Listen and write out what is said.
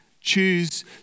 choose